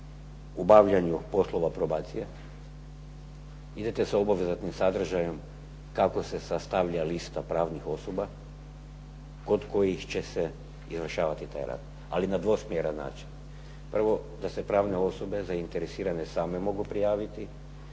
o obavljanju poslova probacije, idete sa sadržajnim, kako se sastavlja lista pravnih osoba kod kojih će se izvršavati taj rad, ali na dvosmjeran način. Prvo, da se pravne osobe zainteresirane same mogu prijaviti,